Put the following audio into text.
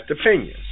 opinions